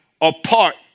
apart